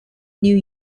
new